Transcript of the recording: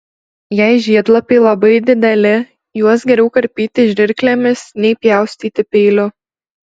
jei žiedlapiai labai dideli juos geriau karpyti žirklėmis nei pjaustyti peiliu